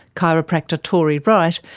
chiropractor tori wright,